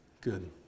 Good